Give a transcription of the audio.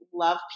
love